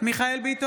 מיכאל מרדכי ביטון,